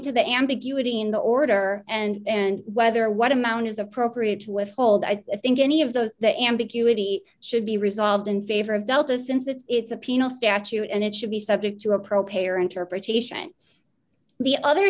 to the ambiguity in the order and whether what amount is appropriate to withhold i think any of those the ambiguity should be resolved in favor of delta since it's a penal statute and it should be subject to a pro payer interpretation the other